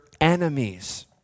enemies